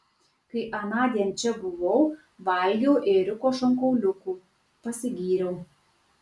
kai anądien čia buvau valgiau ėriuko šonkauliukų pasigyriau